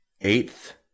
eighth